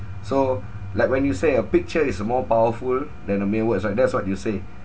so like when you say a picture is more powerful than a mere words right that's what you say